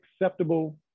acceptable